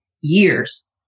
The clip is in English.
years